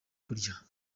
kurya